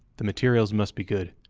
the materials must be good.